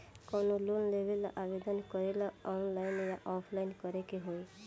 कवनो लोन लेवेंला आवेदन करेला आनलाइन या ऑफलाइन करे के होई?